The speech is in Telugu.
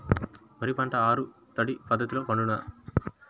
వరి పంట ఆరు తడి పద్ధతిలో పండునా?